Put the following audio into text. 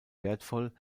wertvoll